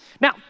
Now